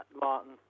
Martin